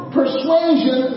persuasion